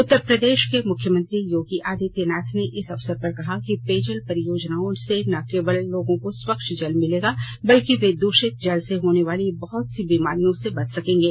उत्तरप्रदेश के मुख्यमंत्री योगी आदित्यनाथ ने इस अवसर पर कहा कि पेयजल परियोजनाओं से न केवल लोगों को स्व्छ जल मिलेगा बल्कि वे दूषित जल से होने वाली बहुत सी बीमारियों से बच सकेंगे